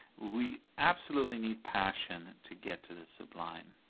we absolutely need passion to get to the sublime.